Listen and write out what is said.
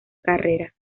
carrera